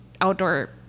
outdoor